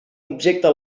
objecte